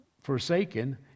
forsaken